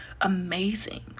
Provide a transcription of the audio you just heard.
amazing